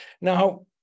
Now